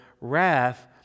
wrath